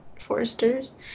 Foresters